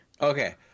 okay